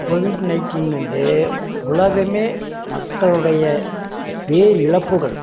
Covid nineteen வந்து உலகமே மக்களுடைய பேர் இழப்புகள்